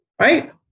right